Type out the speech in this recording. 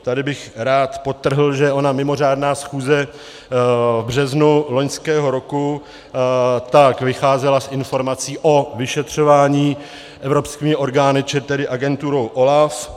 Tady bych rád podtrhl, že ona mimořádná schůze v březnu loňského roku vycházela z informací o vyšetřování evropskými orgány, čili tedy agenturou OLAF.